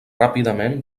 ràpidament